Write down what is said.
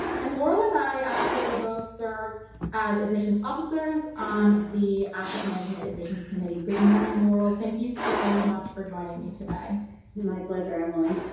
and laurel and i actually both serve as admissions officers on the asset management admissions committee. good morning, laurel. thank you so much for joining me today. laurel my pleasure, emily.